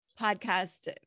podcast